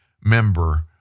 member